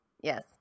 Yes